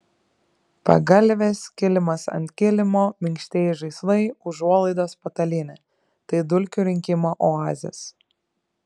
pagalvės kilimas ant kilimo minkštieji žaislai užuolaidos patalynė tai dulkių rinkimo oazės